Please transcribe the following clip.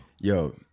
yo